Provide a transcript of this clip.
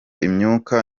imyuka